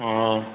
অঁ